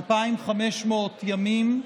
2,500 ימים,